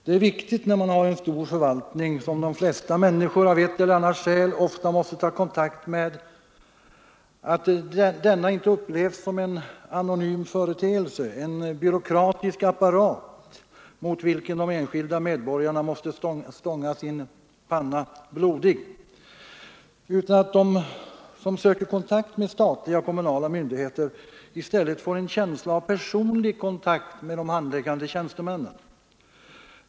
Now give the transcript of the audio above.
Det är viktigt, när man har en stor förvaltning som de flesta människor av ett eller annat skäl ofta måste ta kontakt med, att denna inte upplevs som en anonym företeelse, en byråkratisk apparat, mot vilken de enskilda medborgarna måste stånga sin panna blodig. I stället måste de som söker förbindelse med statliga och kommunala myndigheter få en känsla av personlig kontakt med de handläggande tjänstemännen.